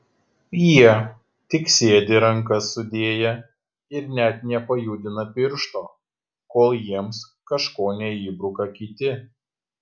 jie tik sėdi rankas sudėję ir net nepajudina piršto kol jiems kažko neįbruka kiti